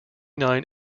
nine